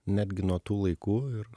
netgi nuo tų laikų ir